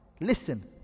Listen